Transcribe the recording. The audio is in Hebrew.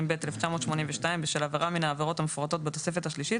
התשמ"ב-1982 בשל עבירה מן העבירות המפורטות בתוספת השלישית,